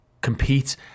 compete